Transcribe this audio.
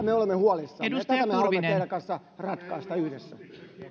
me olemme huolissamme ja tämän me haluamme teidän kanssanne ratkaista yhdessä